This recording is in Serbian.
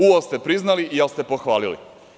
U al' ste priznali i al' ste pohvalili.